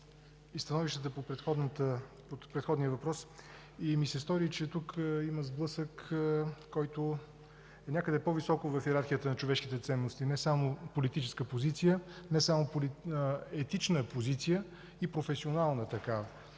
и становищата от предходния въпрос и ми се стори, че тук има сблъсък, който е някъде по-високо в йерархията на човешките ценности – не само политическа позиция, не само етична позиция, а и професионална такава.